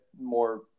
more